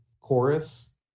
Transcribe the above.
chorus